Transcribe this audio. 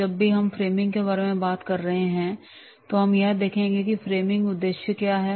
जब भी हम फ्रेमिंग के बारे में बात कर रहे हैं तो हम यह देखेंगे कि फ्रेमिंग के उद्देश्य क्या हैं